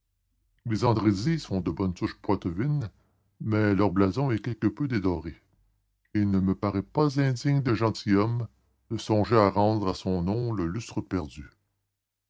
les andrézy sont de bonne souche poitevine mais leur blason est quelque peu dédoré et il ne me paraît pas indigne d'un gentilhomme de songer à rendre à son nom le lustre perdu